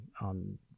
on